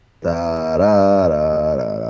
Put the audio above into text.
Da-da-da-da